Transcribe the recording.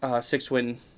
six-win